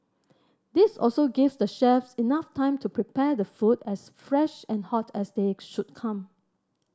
this also gives the chefs enough time to prepare the food as fresh and hot as they should come